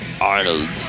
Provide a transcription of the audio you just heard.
arnold